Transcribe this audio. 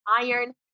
iron